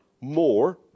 more